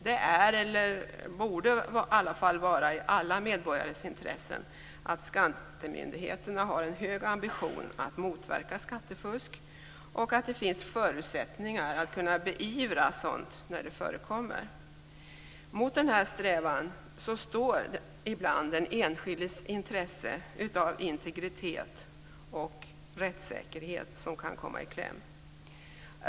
Det är, eller borde i alla fall vara, i alla medborgares intresse att skattemyndigheterna har en hög ambition att motverka skattefusk och att det finns förutsättningar att kunna beivra sådant i de fall där det förekommer. Mot denna strävan står den enskildes intresse av integritet och rättssäkerhet som ibland kan komma i kläm.